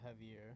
heavier